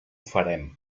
farem